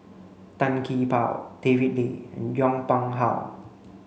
Tan Gee Paw David Lee and Yong Pung How